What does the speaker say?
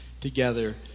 together